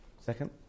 Second